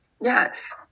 yes